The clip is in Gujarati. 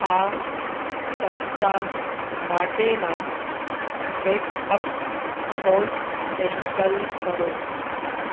આ સપ્તાહ માટેના વેક અપ કોલ્સ કેન્સલ કરો